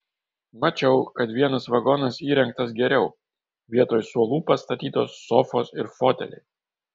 mačiau kad vienas vagonas įrengtas geriau vietoj suolų pastatytos sofos ir foteliai